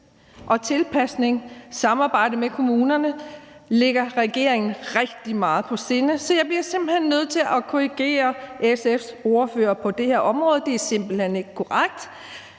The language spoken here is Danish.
tilpasning og samarbejde med kommunerne ligger regeringen rigtig meget på sinde, så jeg bliver simpelt hen nødt til at korrigere SF's ordfører på det her område. Det er simpelt hen ikke korrekt,